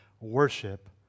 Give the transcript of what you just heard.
worship